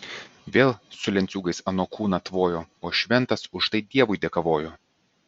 vėl su lenciūgais ano kūną tvojo o šventas už tai dievui dėkavojo